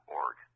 org